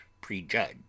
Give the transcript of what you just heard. prejudge